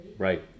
Right